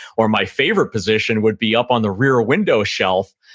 or my favorite position would be up on the rear window shelf,